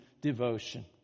devotion